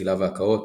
בחילה והקאות,